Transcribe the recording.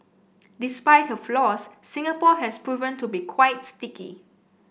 despite her flaws Singapore has proven to be quite sticky